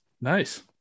nice